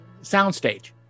soundstage